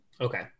Okay